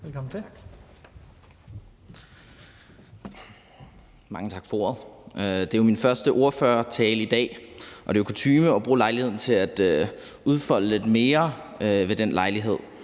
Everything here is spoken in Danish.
Sturis (ALT): Mange tak for ordet. Det er min første ordførertale i dag, og det er jo kutyme at bruge lejligheden til at udfolde lidt mere ved den lejlighed.